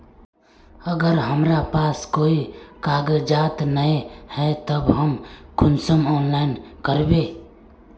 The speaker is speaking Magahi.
अगर हमरा पास कोई कागजात नय है तब हम कुंसम ऑनलाइन करबे?